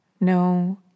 no